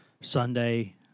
Sunday